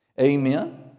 Amen